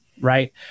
right